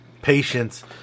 Patience